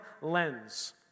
lens